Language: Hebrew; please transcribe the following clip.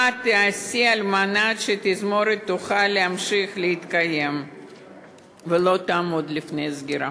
מה ייעשה על מנת שהתזמורת תוכל להמשיך ולהתקיים ולא תעמוד בפני סגירה?